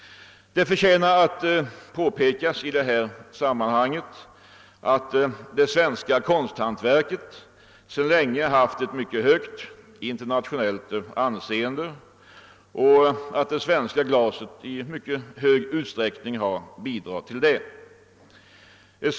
Det förtjänar påpekas i detta sammanhang, att det svenska konsthantverket sedan länge har haft ett mycket högt internationellt anseende och att det svenska glaset i mycket stor utsträckning har bidragit till detta.